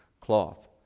cloth